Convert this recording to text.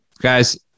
guys